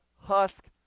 husk